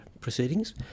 proceedings